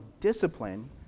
discipline